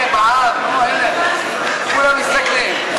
כולם מסתכלים.